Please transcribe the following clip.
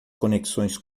conexões